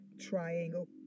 triangle